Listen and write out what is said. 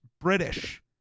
British